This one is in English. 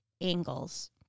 angles